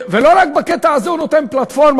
ולא רק בקטע הזה הוא נותן פלטפורמה,